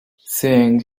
seeing